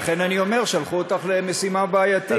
לכן אני אומר: שלחו אותך למשימה בעייתית.